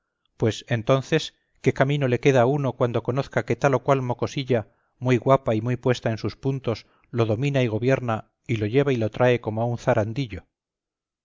pues entonces qué camino le queda a uno cuando conozca que tal o cual mocosilla muy guapa y puesta en sus puntos lo domina y gobierna y lo lleva y lo trae como a un